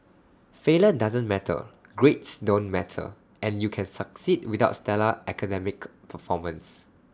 failure doesn't matter grades don't matter and you can succeed without stellar academic performance